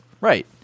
right